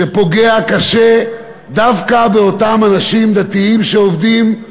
שפוגעת קשה דווקא באותם אנשים דתיים שעובדים,